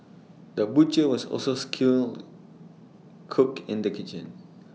the butcher was also skilled cook in the kitchen